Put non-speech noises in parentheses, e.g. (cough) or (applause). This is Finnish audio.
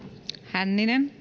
ääniä (unintelligible)